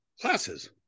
classes